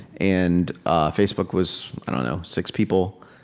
and ah facebook was and know six people,